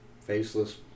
faceless